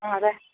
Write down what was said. ആ അതെ